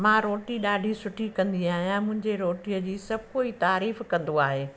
मां रोटी ॾाढी सुठी कंदी आहियां मुंहिंजी रोटीअ जी सभु कोई तारीफ़ु कंदो आहे